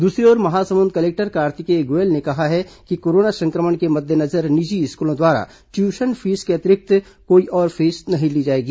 दूसरी ओर महासमुंद कलेक्टर कार्तिकेय गोयल ने कहा है कि कोरोना संक्रमण के मद्देनजर निजी स्कूलों द्वारा ट्यूशन फीस के अतिरिक्त कोई और फीस नहीं ली जाएगी